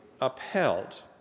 upheld